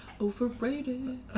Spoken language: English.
Overrated